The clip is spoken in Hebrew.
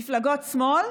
מפלגות שמאל,